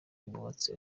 bubatse